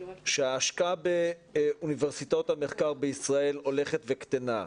שההשקעה באוניברסיטאות המחקר בישראל הולכת וקטנה,